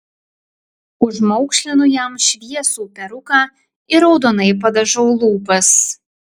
užmaukšlinu jam šviesų peruką ir raudonai padažau lūpas